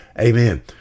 amen